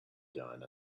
done